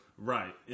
Right